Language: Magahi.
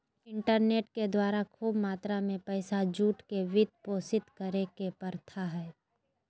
इंटरनेट के द्वारा खूब मात्रा में पैसा जुटा के वित्त पोषित करे के प्रथा हइ